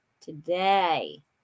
Today